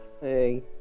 Hey